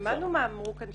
שמענו מה אמרו כאן.